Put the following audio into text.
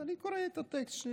אני קורא את הטקסט.